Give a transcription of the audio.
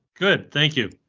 good thank you,